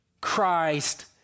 Christ